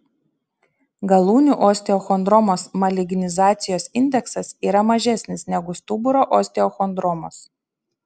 galūnių osteochondromos malignizacijos indeksas yra mažesnis negu stuburo osteochondromos